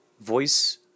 Voice